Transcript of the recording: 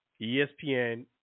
ESPN